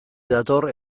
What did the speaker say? dator